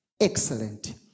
Excellent